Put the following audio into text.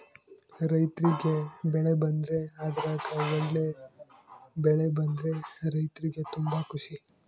ರೈರ್ತಿಗೆ ಬೆಳೆ ಬಂದ್ರೆ ಅದ್ರಗ ಒಳ್ಳೆ ಬೆಳೆ ಬಂದ್ರ ರೈರ್ತಿಗೆ ತುಂಬಾ ಖುಷಿ